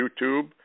YouTube